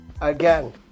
again